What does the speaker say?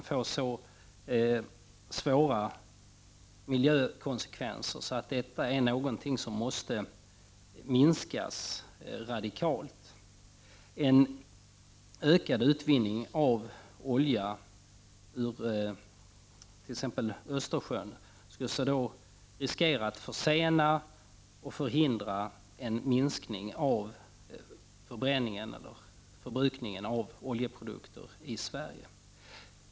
Det får så svåra miljökonsekvenser att det är någonting som måste minskas radikalt. En ökad utvinning av olja ur t.ex. Östersjön skulle då ris kera att försena och förhindra en minskning av förbrukningen av oljeprodukter i Sverige.